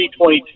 2022